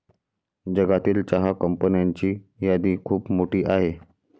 जगातील चहा कंपन्यांची यादी खूप मोठी आहे